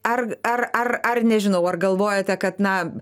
ar ar ar ar nežinau ar galvojate kad na